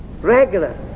regular